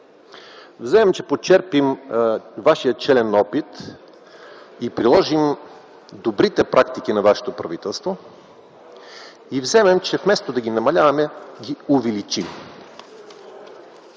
вземем, че почерпим вашия „челен опит” и приложим добрите практики на вашето правителство и вместо да ги намаляваме, ги увеличим,